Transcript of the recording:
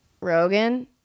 Rogan